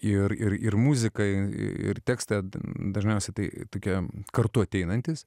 ir ir muzikai ir tekstą dažniausiai tai tokia kartu ateinantys